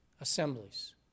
assemblies